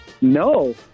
No